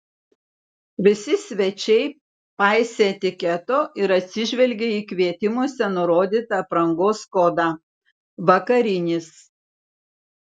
visi svečiai paisė etiketo ir atsižvelgė į kvietimuose nurodytą aprangos kodą vakarinis